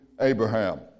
Abraham